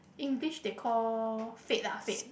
English they call fate lah fate